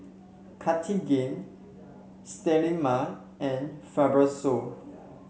Cartigain Sterimar and Fibrosol